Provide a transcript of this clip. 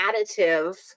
additive